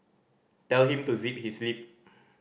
tell him to zip his lip